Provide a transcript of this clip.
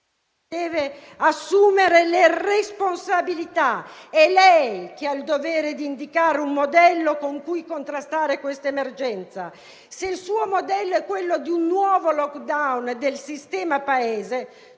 deve assumersi le sue responsabilità: è lei che ha il dovere di indicare un modello con cui contrastare questa emergenza. Se il suo modello fosse quello di un nuovo *lockdown* del sistema Paese,